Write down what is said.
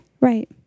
Right